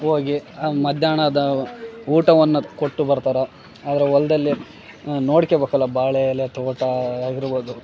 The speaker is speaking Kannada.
ಹೋಗಿ ಮಧ್ಯಾಹ್ನದ ಊಟವನ್ನು ಕೊಟ್ಟು ಬರ್ತಾರೆ ಆದರೆ ಹೊಲ್ದಲ್ಲಿ ನೋಡ್ಕೊಬೇಕಲ್ಲ ಬಾಳೆ ಎಲೆ ತೋಟ ಆಗಿರಬಹುದು